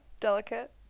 Delicate